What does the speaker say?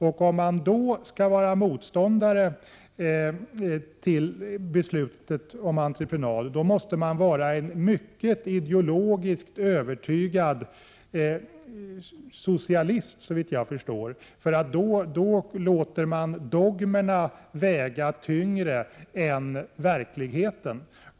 Om man i den situationen skall vara motståndare mot entreprenad måste man vara en i ideologiskt hänseende övertygad socialist, såvitt jag förstår. Då låter man nämligen dogmerna väga tyngre än verkligheten.